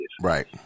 Right